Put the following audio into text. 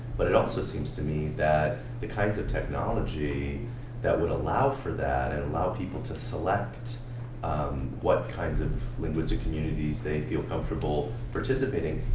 but it also seems to me that the kinds of technology that would allow for that, and allow people to select what kinds of linguistic communities they feel comfortable participating,